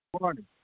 morning